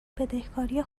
بدهکاری